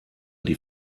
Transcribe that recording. die